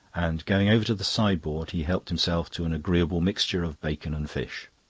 and going over to the sideboard he helped himself to an agreeable mixture of bacon and fish.